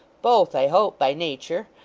both i hope by nature,